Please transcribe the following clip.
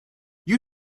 you